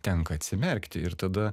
tenka atsimerkti ir tada